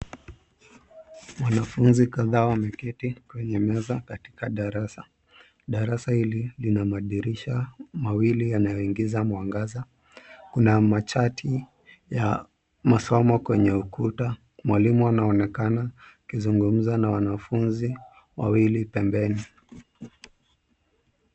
Wanafunzi kadhaa wameketi kwenye meza katika darasa, darasa hili lina madirisha mawili yanayo ingiza mwangaza. Kuna machati ya masomo kwenye ukuta, mwalimu anaonekana akizungumza na wanafunzi wawili pembeni